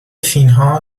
فینها